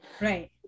right